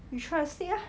you try to sleep ah